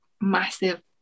massive